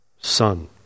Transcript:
Son